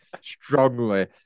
strongly